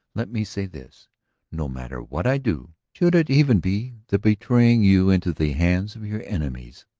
let me say this no matter what i do, should it even be the betraying you into the hands of your enemies,